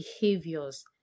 behaviors